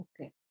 Okay